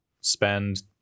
spend